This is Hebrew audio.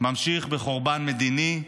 ממשיך בחורבן מדיני,